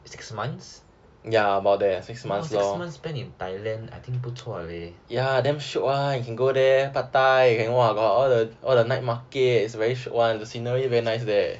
six months !wah! six months spent in thailand I think 不错 leh